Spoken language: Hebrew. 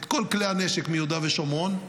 את כל כלי הנשק מיהודה ושומרון,